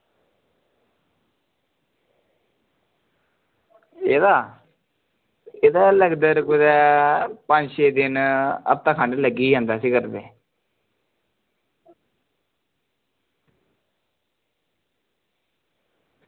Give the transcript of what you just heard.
एह्दा एह्दा लगदे न कुदै पंज छे हफ्ता खंड लग्गी गै जंदा करदे